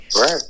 Right